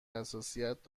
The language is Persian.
حساسیت